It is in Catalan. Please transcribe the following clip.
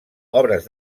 obres